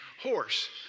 horse